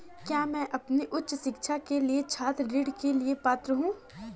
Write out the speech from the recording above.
क्या मैं अपनी उच्च शिक्षा के लिए छात्र ऋण के लिए पात्र हूँ?